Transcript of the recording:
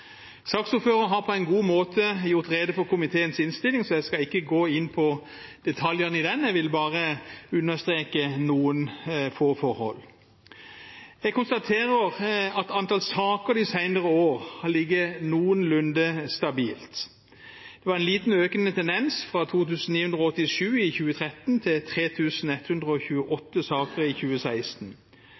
Saksordføreren har på en god måte gjort rede for komiteens innstilling, så jeg skal ikke gå inn på detaljene i den. Jeg vil bare understreke noen få forhold. Jeg konstaterer at antall saker de senere år har ligget noenlunde stabilt. Det var en liten økende tendens, fra 2 987 i 2013 til 3 128 i 2016.